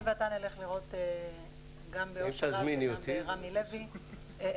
אני ואתה נלך לראות גם באושר עד וגם ברמי לוי -- אם תזמיני אותי.